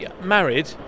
married